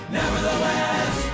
nevertheless